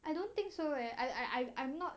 I don't think so eh I I I I'm not